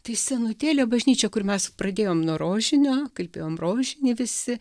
tai senutėlė bažnyčia kur mes pradėjom nuo rožinio kalbėjom rožinį visi